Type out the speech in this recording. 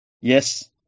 Yes